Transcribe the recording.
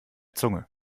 zunge